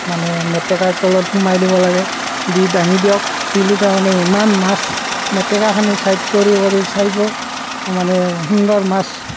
মানে মেটেকাৰ তলত সোমাই দিব লাগে দি দাঙি দিয়ক দিলে তাৰমানে ইমান মাছ মেটেকাখিনি ছাইড কৰি কৰি চাব মানে সুন্দৰ মাছ